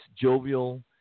jovial